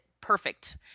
perfect